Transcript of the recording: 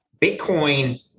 Bitcoin